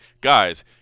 guys